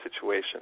situation